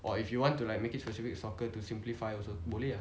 or if you want to like make it specific soccer to simplify also boleh lah